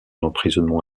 emprisonnement